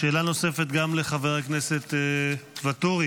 שאלה נוספת גם לחבר הכנסת ואטורי.